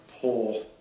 pull